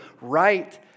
right